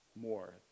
more